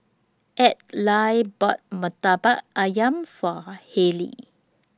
Adlai bought Murtabak Ayam For